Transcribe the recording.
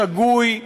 שגוי,